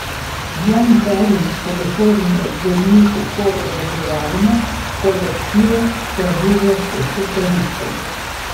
jam perėmus kalifornijos berniukų choro vadovavimą kolektyve tebuvo šeši choristai